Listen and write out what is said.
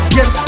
Yes